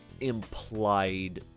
Implied